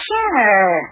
Sure